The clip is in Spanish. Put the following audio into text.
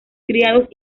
criados